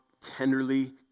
tenderly